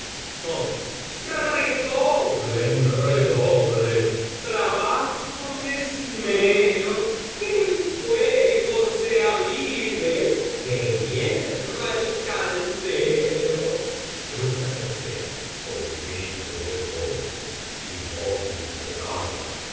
echar redoblen redoblen trabajo y esmero que el fuego se avive que hierva el caldero de